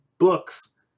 books